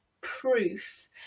proof